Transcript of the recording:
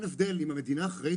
אם המדינה אחראית,